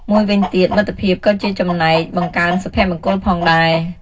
មួយវិញទៀត មិត្តភាពក៏ជាចំណែកបង្កើនសុភមង្គល ផងដែរ។